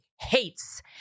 hates